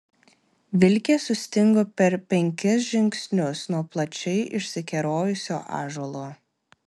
vilkė sustingo per penkis žingsnius nuo plačiai išsikerojusio ąžuolo